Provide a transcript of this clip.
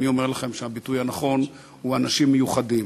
אני אומר לכם שהביטוי הנכון הוא אנשים מיוחדים.